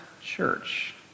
church